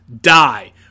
die